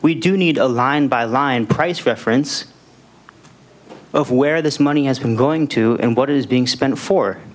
we do need a line by line price reference oh where this money has been going to and what is being spent fo